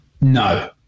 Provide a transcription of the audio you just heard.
No